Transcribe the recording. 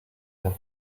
have